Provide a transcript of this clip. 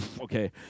Okay